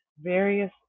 various